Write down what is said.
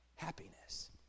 happiness